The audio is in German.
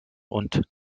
und